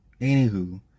Anywho